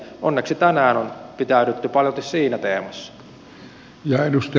onneksi tänään on pitäydytty paljolti siinä teemassa